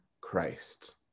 Christ